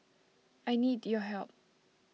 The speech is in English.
I need your help